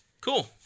Cool